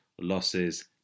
losses